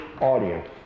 audience